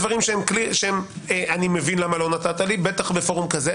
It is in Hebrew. אני מבין למה לא נתת, בטח בפורום כזה.